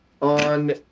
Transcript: On